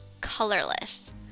colorless